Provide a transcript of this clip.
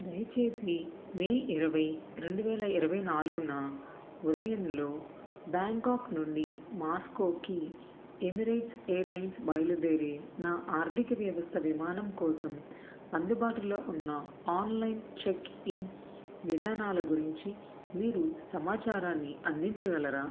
దయచేసి మే ఇరవై రెండు వేల ఇరవై నాలుగున ఉదయంలో బ్యాంకాక్ నుండి మాస్కోకి ఎమిరేట్స్ ఎయిర్లైన్స్ బయలుదేరే నా ఆర్థిక వ్యవస్థ విమానం కోసం అందుబాటులో ఉన్న ఆన్లైన్ చెక్ఇన్ విధానాల గురించి మీరు సమాచారాన్ని అందించగలరా